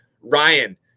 Ryan